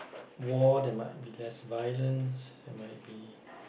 war there might be less violence there might be